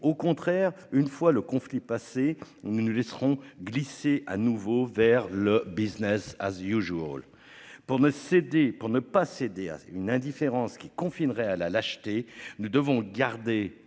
au contraire une fois le conflit passé, nous ne nous laisserons glisser à nouveau vers le Business as Usual pour ne céder pour ne pas céder à une indifférence qui confine Real à l'acheter. Nous devons garder